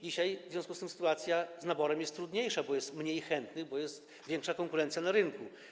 Dzisiaj w związku z tym sytuacja z naborem jest trudniejsza, jest mniej chętnych, bo jest większa konkurencja na rynku.